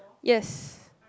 yes